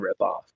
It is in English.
ripoff